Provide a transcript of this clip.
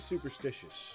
Superstitious